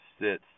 sits